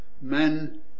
Men